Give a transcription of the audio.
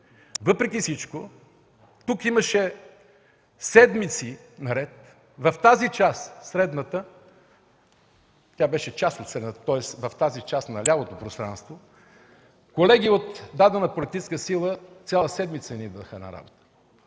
Въпреки всичко тук имаше седмици наред в тази част – средната, тя беше част от средната, тоест в тази част на лявото пространство – колеги от дадена политическа сила цяла седмица не идваха на работа.